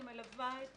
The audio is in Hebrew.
אני מלווה את